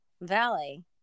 Valley